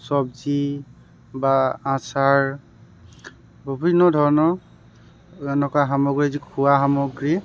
চবজি বা আচাৰ বিভিন্ন ধৰণৰ এনেকুৱা সামগ্ৰী যি খোৱা সামগ্ৰী